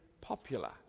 popular